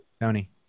Tony